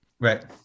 right